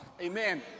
Amen